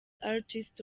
artist